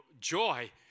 joy